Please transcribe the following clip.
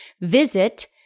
Visit